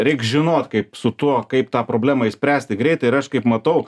reik žinot kaip su tuo kaip tą problemą išspręsti greitai ir aš kaip matau